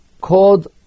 called